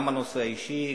גם הנושא האישי,